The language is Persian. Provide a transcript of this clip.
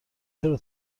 چرا